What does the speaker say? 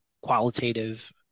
qualitative